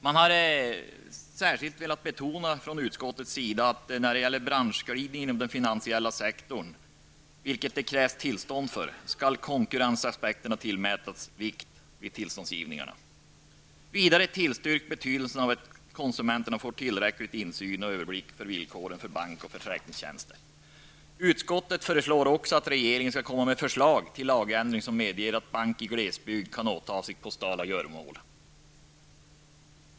Det har föranlett utskottet att kraftigt betona att vad gäller branschglidning inom den finansiella sektorn, vilket det krävs tillstånd för, skall konkurrensaspekterna tillmätas vikt vid tillståndsgivningar. Vidare tillstyrks betydelsen av att konsumenterna får tillräcklig insyn i och överblick över villkoren för bank och försäkringstjänster. Utskottet föreslår också att regeringen skall komma med förslag till lagändring som medger att bank i glesbygd kan åta sig postala göromål.